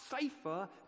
safer